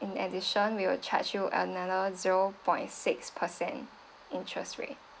in addition we will charge you another zero point six percent interest rate